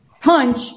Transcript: punch